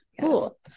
cool